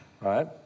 right